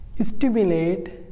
stimulate